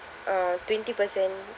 uh twenty person